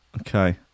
Okay